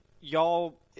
y'all